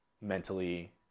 mentally